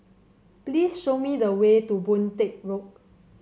please show me the way to Boon Teck Road